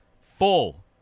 full